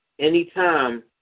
Anytime